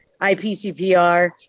IPCPR